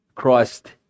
Christ